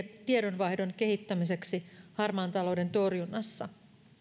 tiedonvaihdon kehittämiseksi harmaan talouden torjunnassa